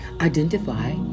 identify